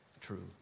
true